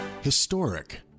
Historic